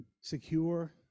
secure